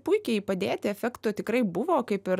puikiai padėti efekto tikrai buvo kaip ir